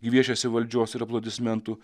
gviešiasi valdžios ir aplodismentų